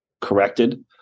corrected